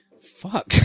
Fuck